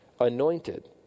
anointed